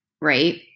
Right